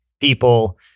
people